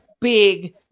big